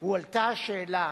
הועלתה השאלה